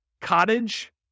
Cottage